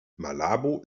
malabo